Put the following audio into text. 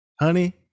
honey